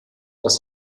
das